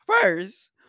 First